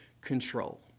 control